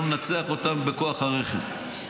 אנחנו ננצח אותם בכוח הרחם.